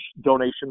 donation